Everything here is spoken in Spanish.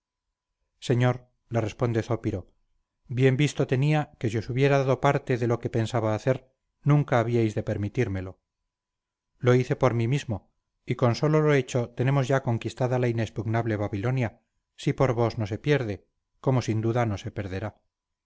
señor le responde zópiro bien visto tenía que si os hubiera dado parte de lo que pensaba hacer nunca habíais de permitírmelo lo hice por mí mismo y con solo lo hecho tenemos ya conquistada la inexpugnable babilonia si por vos no se pierde como sin duda no se perderá